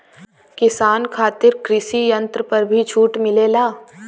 किसान खातिर कृषि यंत्र पर भी छूट मिलेला?